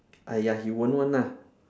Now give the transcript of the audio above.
!aiya! he won't one ah